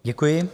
Děkuji.